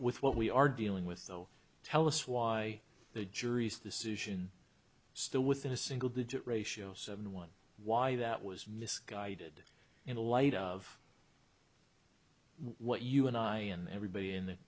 with what we are dealing with though tell us why the jury's decision still within a single digit ratio seven one why that was misguided in the light of what you and i and everybody in the